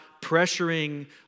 pressuring